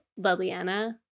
leliana